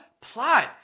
plot